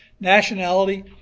nationality